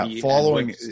Following